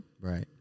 right